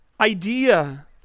idea